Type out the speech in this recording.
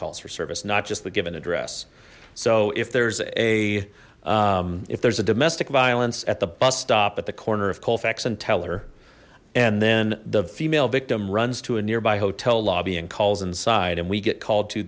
calls for service not just the given address so if there's a if there's a domestic violence at the bus stop at the corner of colfax and teller and then the female victim runs to a nearby hotel lobby and calls inside and we get called to